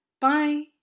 Bye